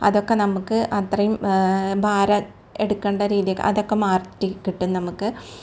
അതൊക്കെ നമുക്ക് അത്രേം ഭാരം എടുക്കേണ്ട രീതിക്ക് അതക്കെ മാറ്റി കിട്ടും നമുക്ക്